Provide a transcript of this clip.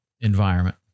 environment